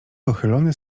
pochylone